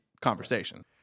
conversation